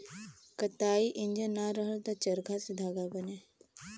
कताई इंजन ना रहल त चरखा से धागा बने